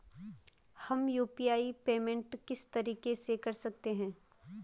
हम UPI payment किस तरीके से कर सकते हैं?